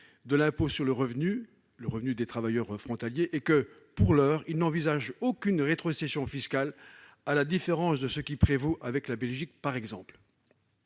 de l'impôt sur le revenu des travailleurs frontaliers et que, pour l'heure, ils n'envisagent aucune rétrocession fiscale, à la différence de ce qui prévaut avec la Belgique, par exemple